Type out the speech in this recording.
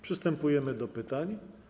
Przystępujemy do pytań.